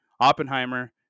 Oppenheimer